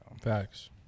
Facts